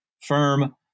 firm